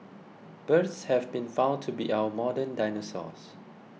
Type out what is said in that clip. birds have been found to be our modern dinosaurs